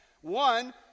One